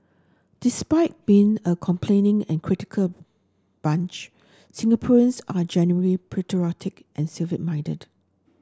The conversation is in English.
despite being a complaining and critical bunch Singaporeans are generally patriotic and civic minded